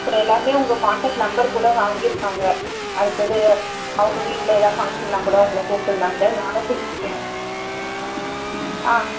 so எல்லாேருமே உங்கள் contact number கூட வாங்கி இருக்காங்க அடுத்தது அவங்க வீட்டில் எதாவது ஃபங்க்ஷன்னால் கூட உங்களை கூப்பிலான்ட்டு நானும் கொடுத்துட்டேன் ஆ